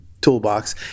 toolbox